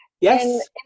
Yes